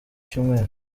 cyumweru